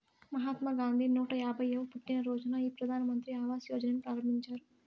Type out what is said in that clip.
మహాత్మా గాంధీ నూట యాభైయ్యవ పుట్టినరోజున ఈ ప్రధాన్ మంత్రి ఆవాస్ యోజనని ప్రారంభించారు